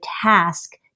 task